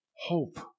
Hope